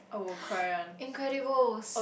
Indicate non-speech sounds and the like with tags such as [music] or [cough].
[breath] Incredibles